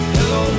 Hello